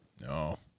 No